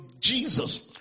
Jesus